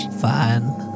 Fine